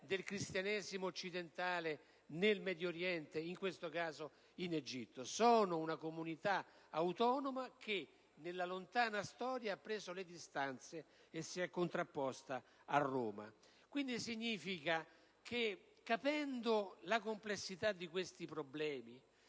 del Cristianesimo occidentale nel Medio Oriente, in questo caso in Egitto. Sono una comunità autonoma che, nella lontana storia, ha preso le distanze e si è contrapposta a Roma. Ciò significa che, comprendendo la complessità di questi problemi,